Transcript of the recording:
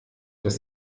das